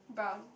brown